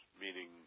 meaning